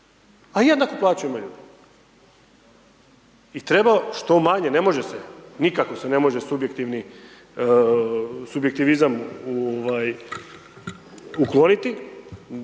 A jednaku plaću imaju. I treba što manje, ne može se, nikako se ne može subjektivizam ukloniti,